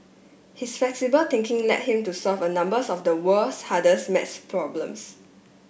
his flexible thinking led him to solve a numbers of the world's hardest maths problems